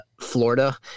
Florida